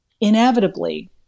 inevitably